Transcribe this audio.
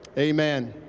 amen.